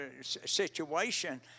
situation